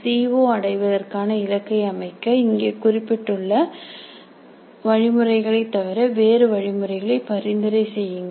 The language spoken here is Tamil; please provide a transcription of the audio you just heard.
சி ஓ அடைவதற்கான இலக்கை அமைக்க இங்கே குறிப்பிட்ட வழிமுறைகளை தவிர வேறு வழி முறைகளை பரிந்துரை செய்யுங்கள்